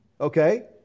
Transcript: Okay